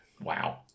Wow